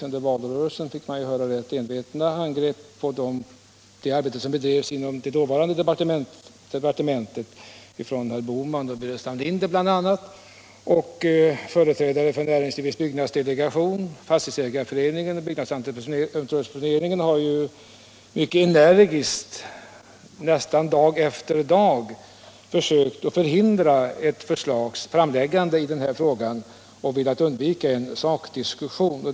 Under valrörelsen fick man höra rätt envetna angrepp på det arbete som bedrevs inom departementet på den tiden, bl.a. från herr Bohman och herr Burenstam Linder. Företrädare för Näringslivets byggnadsdelegation, Fastighetsägareföreningen och Byggnadsentreprenörföreningen har ju mycket energiskt, nästan dag för dag, försökt att hindra framläggandet av ett förslag i den här frågan, förmodligen för att undvika en sakdiskussion.